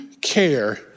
care